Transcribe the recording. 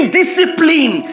discipline